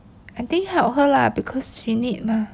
I think help her lah because she need mah